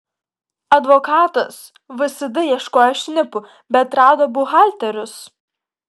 advokatas vsd ieškojo šnipų bet rado buhalterius